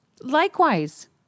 Likewise